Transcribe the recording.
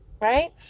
right